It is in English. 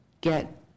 get